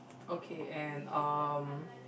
okay and um